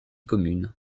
communes